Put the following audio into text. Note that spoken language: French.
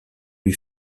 lui